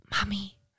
mommy